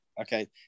Okay